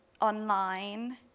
online